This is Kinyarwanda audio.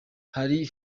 hari